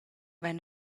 vein